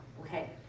okay